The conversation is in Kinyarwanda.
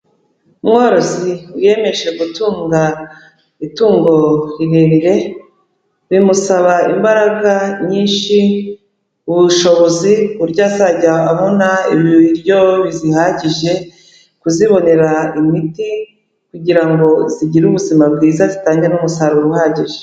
Umworozi wiyemeje gutunga itungo rirerire, bimusaba imbaraga nyinshi, ubushobozi, ku buryo azajya abona ibiryo bizihagije, kuzibonera imiti, kugira ngo zigire ubuzima bwiza zitange n'umusaruro uhagije.